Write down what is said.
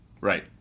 Right